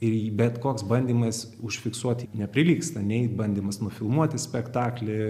ir į bet koks bandymas užfiksuoti neprilygsta nei bandymas nufilmuoti spektaklį